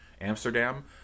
Amsterdam